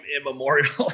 immemorial